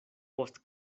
post